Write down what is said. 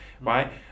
right